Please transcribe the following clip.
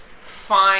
fine